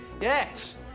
Yes